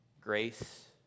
grace